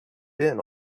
been